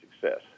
success